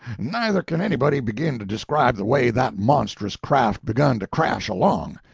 neither can anybody begin to describe the way that monstrous craft begun to crash along.